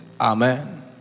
Amen